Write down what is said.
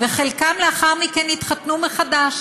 וחלקם לאחר מכן התחתנו מחדש,